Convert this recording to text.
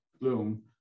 bloom